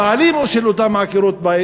הבעלים של אותן עקרות-הבית,